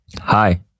Hi